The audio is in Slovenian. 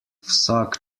vsak